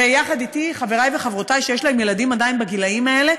ויחד אתי חברי וחברותי שיש להם עדיין ילדים בגילים האלה,